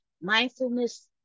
Mindfulness